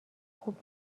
خوب